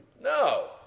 No